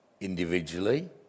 individually